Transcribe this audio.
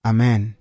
Amen